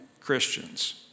christians